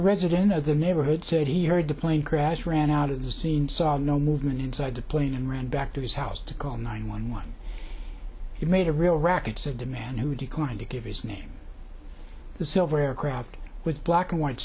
resident of the neighborhood said he heard the plane crash ran out of the scene saw no movement inside the plane and ran back to his house to call nine one one he made a real rackets of the man who declined to give his name the silver aircraft with black and white